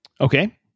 Okay